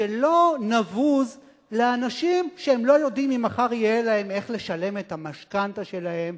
שלא נבוז לאנשים שלא יודעים אם מחר יהיה להם איך לשלם את המשכנתה שלהם,